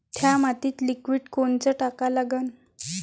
थ्या मातीत लिक्विड कोनचं टाका लागन?